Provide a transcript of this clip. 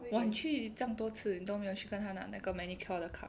!wah! 你去这样多次你都没有去跟他拿那个 manicure 的卡